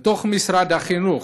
שבתוך משרד החינוך,